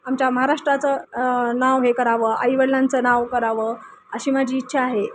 आमच्या महाराष्ट्राचं नाव हे करावं आईवडिलांचं नाव करावं अशी माझी इच्छा आहे